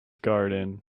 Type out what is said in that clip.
garden